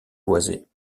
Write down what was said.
boisées